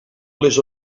les